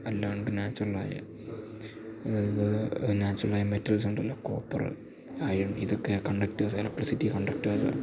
അല്ലാതെ നാച്ചുറലായ അതായത് നാച്ചുറലായ മെറ്റൽസ് ഉണ്ടല്ലാ കോപ്പര് അയൺ ഇതൊക്കെ കണ്ടക്ടേഴ്സാണ് എലക്ട്രിസിറ്റി കണ്ടക്ടേഴ്സ് ആണ്